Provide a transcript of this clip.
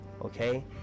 Okay